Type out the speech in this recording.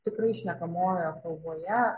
tikrai šnekamojoje kalboje